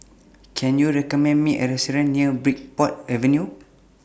Can YOU recommend Me A Restaurant near Bridport Avenue